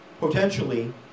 potentially